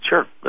Sure